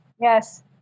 Yes